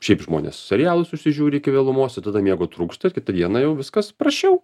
šiaip žmonės serialus užsižiūri iki vėlumos ir tada miego trūksta kitą dieną jau viskas praščiau